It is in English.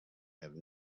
have